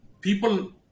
people